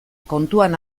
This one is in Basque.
kontuan